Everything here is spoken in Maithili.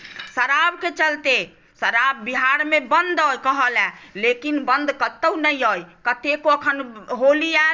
शराबकेँ चलते शराब बिहारमे बन्द अहि कहऽ ला लेकिन बन्द कतहु नहि अहि कतेको अखन होली आयल